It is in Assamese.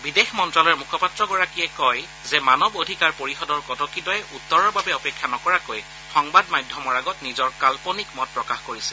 বিদেশ মন্ত্ৰালয়ৰ মুখপাত্ৰগৰাকীয়ে কয় যে মানৱ অধিকাৰ পৰিষদৰ কটকীদ্বয়ে উত্তৰৰ বাবে অপেক্ষা নকৰাকৈয়ে সংবাদ মাধ্যমৰ আগত নিজৰ কাল্পনিক মত প্ৰকাশ কৰিছে